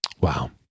Wow